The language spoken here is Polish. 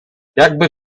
jakby